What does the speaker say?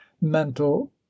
mental